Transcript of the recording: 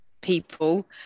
people